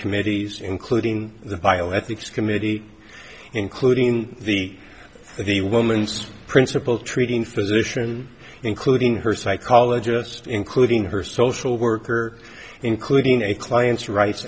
committees including the violet the committee including the the woman's principal treating physician including her psychologist including her social worker including a client's rights